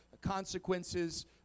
consequences